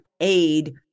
aid